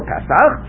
Pesach